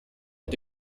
mit